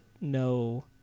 No